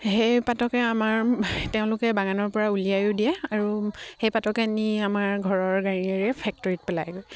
সেই পাতকে আমাৰ তেওঁলোকে বাগানৰ পৰা উলিয়াইও দিয়ে আৰু সেই পাতকে নি আমাৰ ঘৰৰ গাড়ীৰে ফেক্টৰীত পেলাই গৈ